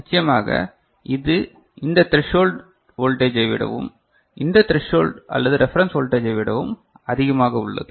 நிச்சயமாக இது இந்த த்ரசோல்டு வோல்டேஜ் ஐ விடவும் இந்த த்ரசோல்டு அல்லது ரெஃபரன்ஸ் வோல்டேஜ் ஐ விடவும் அதிகமாக உள்ளது